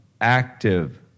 active